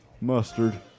mustard